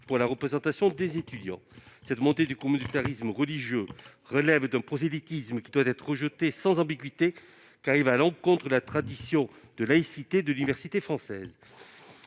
des représentants des étudiants. Cette montée du communautarisme religieux relève d'un prosélytisme qui doit être rejeté sans ambiguïté, car il va à l'encontre de la tradition laïque de l'université française.